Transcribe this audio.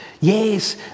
Yes